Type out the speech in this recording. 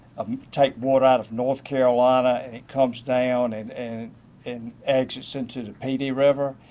taking water out of north carolina it comes down and and and exits into the pd river.